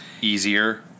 Easier